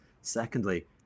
Secondly